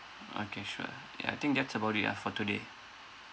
okay sure ya I think that's about it ah for today